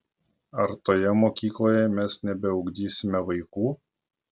ar toje mokykloje mes nebeugdysime vaikų